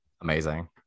amazing